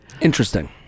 interesting